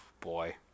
boy